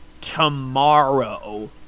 tomorrow